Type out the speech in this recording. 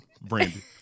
Brandy